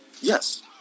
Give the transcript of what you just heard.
yes